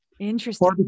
Interesting